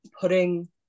putting